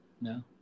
No